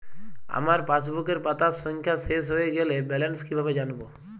আমার পাসবুকের পাতা সংখ্যা শেষ হয়ে গেলে ব্যালেন্স কীভাবে জানব?